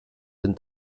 den